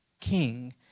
king